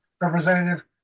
representative